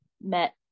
met